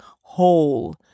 whole